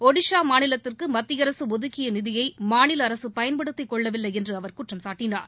ஒடிசா மாநிலத்திற்கு மத்திய அரசு ஒதுக்கிய நிதியை மாநில அரசு பயன்படுத்திக் கொள்ளவில்லை என்று அவர் குற்றம் சாட்டினார்